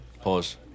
pause